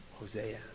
Hosea